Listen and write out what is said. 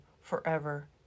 forever